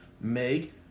meg